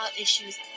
issues